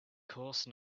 course